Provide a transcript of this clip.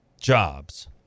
jobs